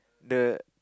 the